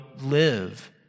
live